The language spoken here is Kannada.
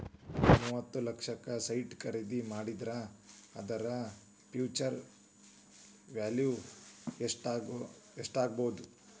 ಮೂವತ್ತ್ ಲಕ್ಷಕ್ಕ ಸೈಟ್ ಖರಿದಿ ಮಾಡಿದ್ರ ಅದರ ಫ್ಹ್ಯುಚರ್ ವ್ಯಾಲಿವ್ ಯೆಸ್ಟಾಗ್ಬೊದು?